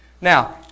now